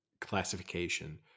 classification